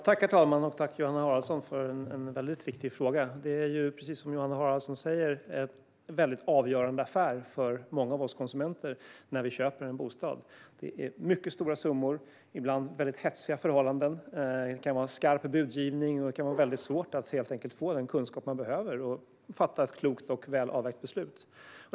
Herr talman! Jag tackar Johanna Haraldsson för en viktig fråga. Precis som Johanna Haraldsson säger är det en avgörande affär för oss konsumenter när vi köper en bostad. Det är mycket stora summor, och det kan vara hetsiga förhållanden och skarp budgivning. Det kan vara svårt att få den kunskap man behöver för att fatta ett klokt och avvägt beslut.